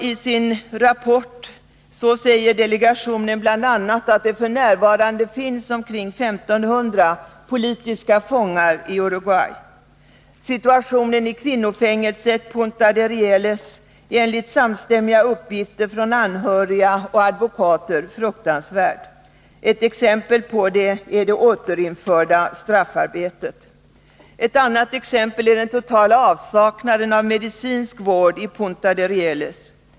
I sin rapport säger delegationen bl.a. att det f. n. finns omkring 1500 politiska fångar i Uruguay. Situationen i kvinnofängelset Punta de Rieles är enligt samstämmiga uppgifter från anhöriga och advokater fruktansvärd. Ett exempel på det är det återinförda straffarbetet. Ett annat exempel är den totala avsaknaden av medicinsk vård i Punta de Rieles.